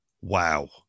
Wow